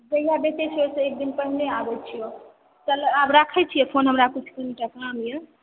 जहिया बेचै छियै ओहि से एक दिन पहिने आनै छियै चलु आब राखै छियै फोन हमरा किछु कनि टा काम यऽ